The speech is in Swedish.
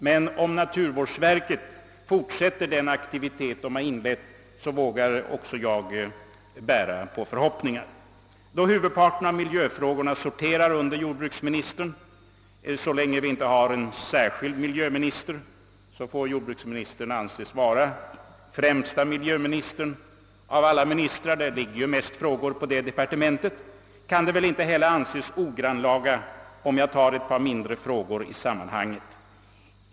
Men om naturvårdsverket fortsätter den aktivitet det inlett, vågar också jag hysa förhoppningar. Då huvudparten av miljöfrågorna sorterar under jordbruksministern, så länge vi inte har någon särskild miljöminister, får jordbruksministern anses vara den främste miljöministern, och därför kan det väl inte anses ogrannlaga om jag ställer ett par mindre frågor i sammanhanget.